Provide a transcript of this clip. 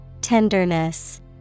Tenderness